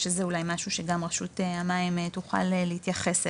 שזה אולי משהו שגם רשות המים תוכל להתייחס אליו.